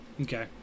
okay